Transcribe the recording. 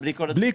לא.